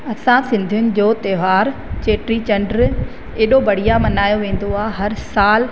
असां सिंधियुनि जो त्योहारु चेटी चंडु एॾो बढ़िया मल्हायो वेंदो आहे हर साल